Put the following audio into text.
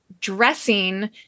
dressing